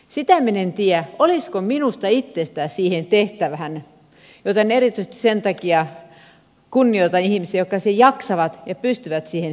sitä minä en tiedä olisiko minusta itsestäni siihen tehtävään joten erityisesti sen takia kunnioitan ihmisiä jotka jaksavat ja pystyvät siihen työhön